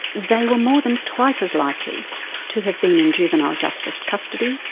they were more than twice as likely to have been in juvenile justice custody,